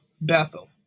Bethel